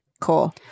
Cool